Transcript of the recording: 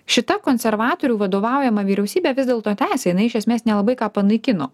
šita konservatorių vadovaujama vyriausybė vis dėlto tęsė jinai iš esmės nelabai ką panaikino